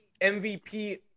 MVP